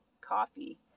coffee